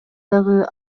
дагы